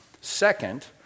Second